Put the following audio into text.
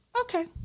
okay